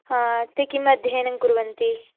हा ते किम् अध्ययनं कुर्वन्ति